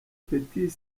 petit